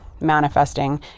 manifesting